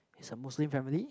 is a Muslim family